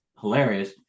hilarious